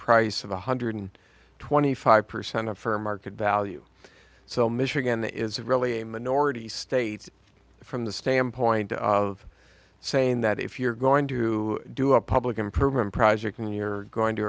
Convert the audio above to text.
price of one hundred twenty five percent of fair market value so michigan is really a minority states from the standpoint of saying that if you're going to do a public improvement project and you're going to